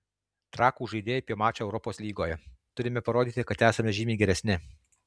trakų žaidėjai apie mačą europos lygoje turime parodyti kad esame žymiai geresni